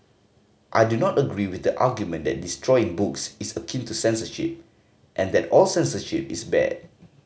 I do not agree with the argument that destroying books is akin to censorship and that all censorship is bad